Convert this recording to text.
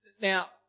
Now